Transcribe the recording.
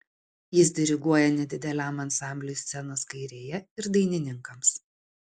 jis diriguoja nedideliam ansambliui scenos kairėje ir dainininkams